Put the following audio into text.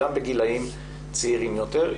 גם בגילאים צעירים יותר.